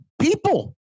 people